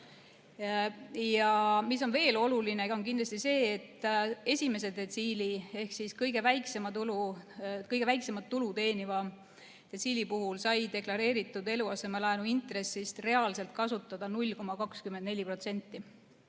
Veel on oluline kindlasti see, et esimese detsiili ehk kõige väiksemat tulu teeniva detsiili puhul sai deklareeritud eluasemelaenu intressist reaalselt kasutada 0,24%,